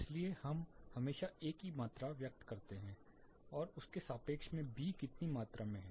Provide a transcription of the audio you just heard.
इसलिए हम हमेशा ए की मात्रा व्यक्त करते हैं और उसके सापेक्ष में बी कितनी मात्रा में है